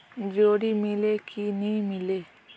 जोणी मीले कि नी मिले?